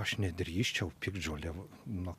aš nedrįsčiau piktžolėm nu